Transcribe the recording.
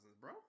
bro